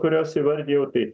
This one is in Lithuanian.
kurios įvardijau tai